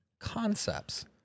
Concepts